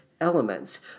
elements